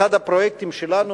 אחד הפרויקטים שלנו,